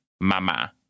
Mama